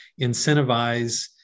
incentivize